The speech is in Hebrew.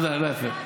לא יפה.